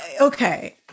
Okay